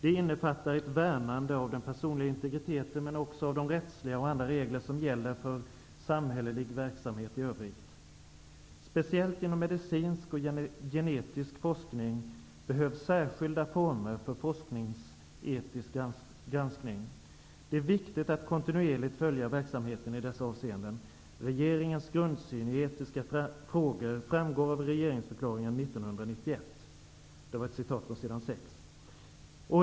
Det innefattar ett värnande av den personliga integriteten, men också av de rättsliga och andra regler som gäller för samhällelig verksamhet i övrigt. Speciellt inom medicinsk och genetisk forskning behövs särskilda former för forskningsetisk granskning. Det är viktigt att kontinuerligt följa verksamheten i detta avseende. Regeringens grundsyn i etiska frågor framgår av regeringsförklaringen 1991.''